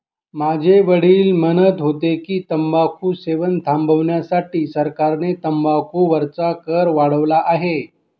माझे वडील म्हणत होते की, तंबाखू सेवन थांबविण्यासाठी सरकारने तंबाखू वरचा कर वाढवला आहे